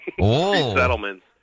settlements